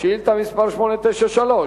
ביום ב' בניסן התש"ע (17 במרס 2010):